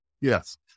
Yes